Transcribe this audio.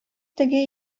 теге